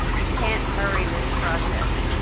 you can't hurry this process.